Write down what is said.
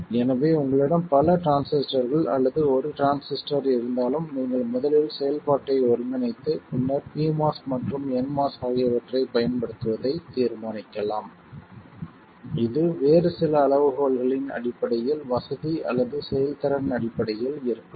எனவே உங்களிடம் பல டிரான்சிஸ்டர்கள் அல்லது ஒரு டிரான்சிஸ்டர் இருந்தாலும் நீங்கள் முதலில் செயல்பாட்டை ஒருங்கிணைத்து பின்னர் pMOS மற்றும் nMOS ஆகியவற்றைப் பயன்படுத்துவதைத் தீர்மானிக்கலாம் இது வேறு சில அளவுகோல்களின் அடிப்படையில் வசதி அல்லது செயல்திறன் அடிப்படையில் இருக்கலாம்